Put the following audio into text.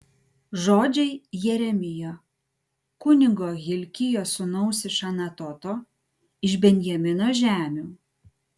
žodžiai jeremijo kunigo hilkijo sūnaus iš anatoto iš benjamino žemių